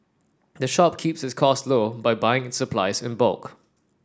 the shop keeps its costs low by buying its supplies in bulk